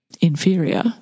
inferior